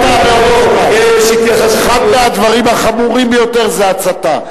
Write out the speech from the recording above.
אחד הדברים החמורים ביותר זה ההצתה.